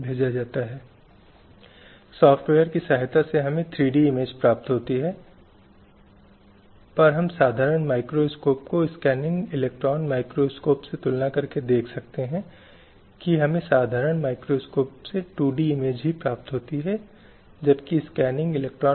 समाज में रहने वाले सभी मनुष्य उन सभी के लिए हकदार हैं जो समाज में उस व्यक्ति के शांतिपूर्ण और सुखद अस्तित्व के लिए महत्वपूर्ण है इसलिए यह स्वाभाविक है कि उनके पास एक सही जीवन होना चाहिए उनके पास स्वतंत्रता का अधिकार होना चाहिए उन्हें विकल्पों आदि का उपयोग करने का अधिकार हो